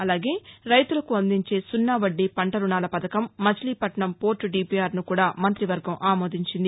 అలాగే రైతులకు అందించే సున్నా వద్దీ పంట రుణాల పథకం మచిలీపట్టణం పోర్లు డిపిఆర్ను కూడా మంతివర్గం ఆమోదించింది